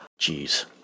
Jeez